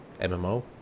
MMO